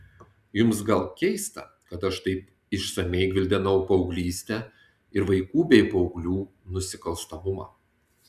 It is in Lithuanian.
jums gal keista kad aš taip išsamiai gvildenau paauglystę ir vaikų bei paauglių nusikalstamumą